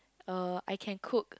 uh I can cook